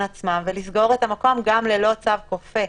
עצמם ולסגור את המקום גם ללא צו כופה.